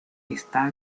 está